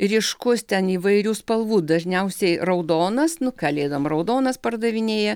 ryškus ten įvairių spalvų dažniausiai raudonas nu kalėdom raudonas pardavinėja